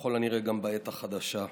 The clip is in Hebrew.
ככל הנראה גם בעת החדשה.